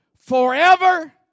Forever